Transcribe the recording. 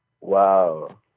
Wow